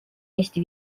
eesti